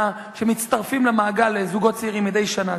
שמצטרפים למעגל הזוגות הצעירים מדי שנה.